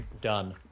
Done